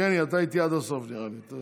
יבגני, אתה איתי עד הסוף, נראה לי.